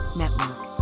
network